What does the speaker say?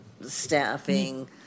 staffing